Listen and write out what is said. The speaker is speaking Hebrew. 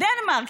דנמרק,